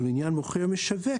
ולעניין מוכר או משווק,